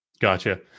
Gotcha